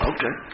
Okay